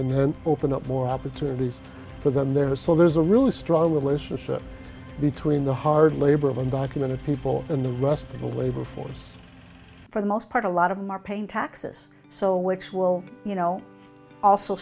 and then open up more opportunities for them there so there's a real struggle issue between the hard labor of undocumented people and the rest of the labor force for the most part a lot of them are paying taxes so which will you know also